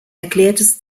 erklärtes